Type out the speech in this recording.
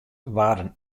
waarden